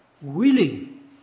willing